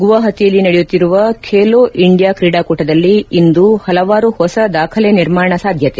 ಗೌವಾಹತಿಯಲ್ಲಿ ನಡೆಯುತ್ತಿರುವ ಚೇಲೋ ಇಂಡಿಯಾ ಕ್ರಿಡಾಕೂಟದಲ್ಲಿ ಇಂದು ಹಲವಾರು ಹೊಸ ದಾಖಲೆ ನಿರ್ಮಾಣ ಸಾಧ್ಯತೆ